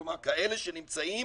כלומר, כאלה שנמצאים